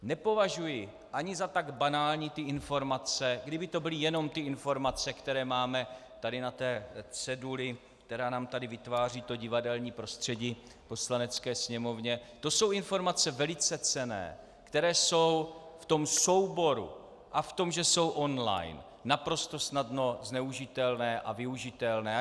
Nepovažuji ani za tak banální ty informace, i kdyby to byly jenom informace, které máme tady na té ceduli, která nám tady vytváří to divadelní prostředí v Poslanecké sněmovně, to jsou informace velice cenné, které jsou v tom souboru a v tom, že jsou online naprosto snadno zneužitelné a využitelné.